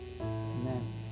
Amen